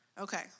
Okay